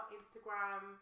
Instagram